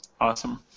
Awesome